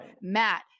Matt